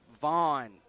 Vaughn